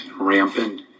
rampant